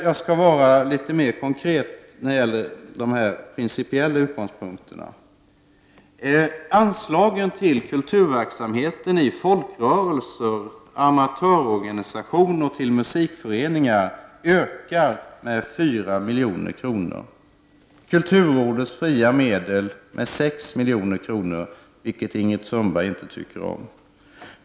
Jag skall vara litet mer konkret när det gäller dessa principiella utgångspunkter. Anslagen till kulturverksamheten i folkrörelser och amatörorganisationer och till musikföreningar ökar med 4 miljoner. Kulturrådets fria medel ökar med 6 miljoner, vilket Ingrid Sundberg inte tycker om.